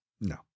No